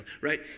right